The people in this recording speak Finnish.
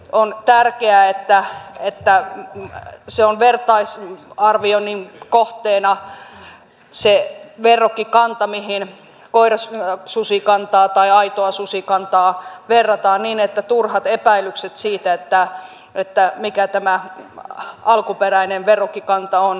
on tärkeää että on vertaisarvion kohteena se verrokkikanta mihin koirasusikantaa tai aitoa susikantaa verrataan niin että turhat epäilykset siitä mikä tämä alkuperäinen verrokkikanta on häviävät